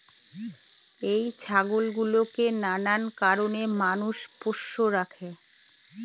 এই ছাগল গুলোকে নানান কারণে মানুষ পোষ্য রাখে